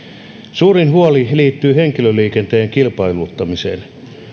suurin huoli liittyy henkilöliikenteen kilpailuttamiseen